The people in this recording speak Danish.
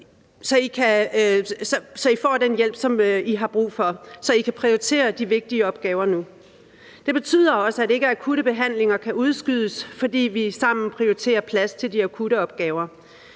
så I får den hjælp, I har brug for, så I kan prioritere de vigtige opgaver nu. Det betyder også, at ikkeakutte behandlinger kan udskydes, fordi vi sammen prioriterer plads til de akutte opgaver.